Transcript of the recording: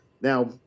Now